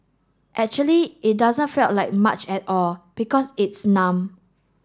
actually it doesn't felt like much at all because it's numb